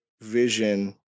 vision